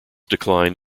decline